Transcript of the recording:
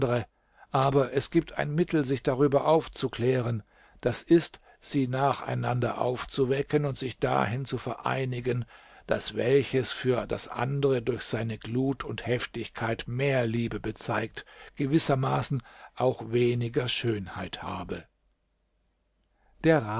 aber es gibt ein mittel sich darüber aufzuklären das ist sie nacheinander aufzuwecken und sich dahin zu vereinigen daß welches für das andere durch seine glut und heftigkeit mehr liebe bezeigt gewissermaßen auch weniger schönheit habe